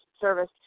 service